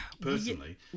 personally